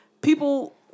people